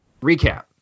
recap